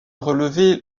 relevé